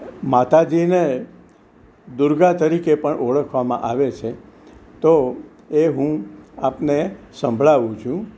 માતાજીને દુર્ગા તરીકે પણ ઓળખવામાં આવે સે તો એ હું આપને સંભળાવું છું